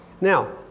Now